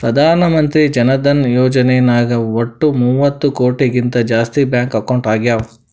ಪ್ರಧಾನ್ ಮಂತ್ರಿ ಜನ ಧನ ಯೋಜನೆ ನಾಗ್ ವಟ್ ಮೂವತ್ತ ಕೋಟಿಗಿಂತ ಜಾಸ್ತಿ ಬ್ಯಾಂಕ್ ಅಕೌಂಟ್ ಆಗ್ಯಾವ